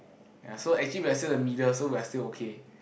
ya so actually we're still the middle so we're still okay